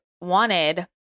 wanted